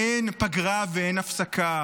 אין פגרה ואין הפסקה?